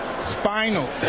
Spinal